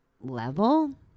level